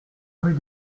rue